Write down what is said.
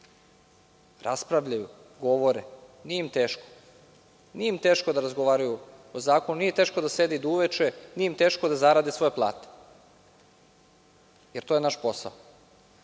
raspravljaju, govore, nije im teško. Nije im teško da razgovaraju o zakonu, nije im teško da sede do uveče, da zarade svoje plate, jer to je naš posao.